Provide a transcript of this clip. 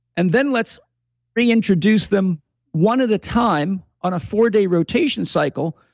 and then let's reintroduce them one at a time on a four day rotation cycle,